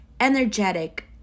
energetic